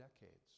decades